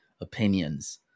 opinions